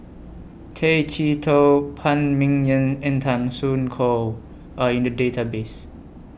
Tay Chee Toh Phan Ming Yen and Tan Soo Khoon Are in The Database